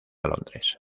londres